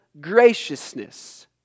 graciousness